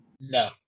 No